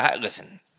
Listen